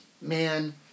Man